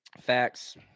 Facts